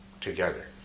together